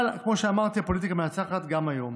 אבל, כמו שאמרתי, הפוליטיקה מנצחת גם היום.